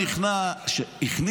אבל זה לא זבנג וגמרנו, זה לא עובד ככה.